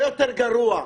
הרבה יותר גרוע,